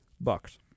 Bucks